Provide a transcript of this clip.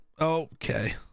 Okay